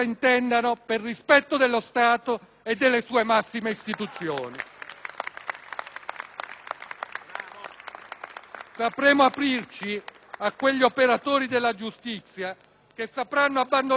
Sapremo aprirci a quegli operatori della giustizia che sapranno abbandonare gli ingombranti residui del conservatorismo e delle tentazioni corporative.